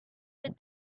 with